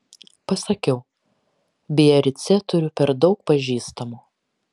pasakiau biarice turiu per daug pažįstamų